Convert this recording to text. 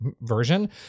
version